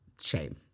shame